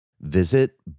Visit